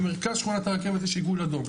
במרכז שכונת הרכבת יש עיגול אדום.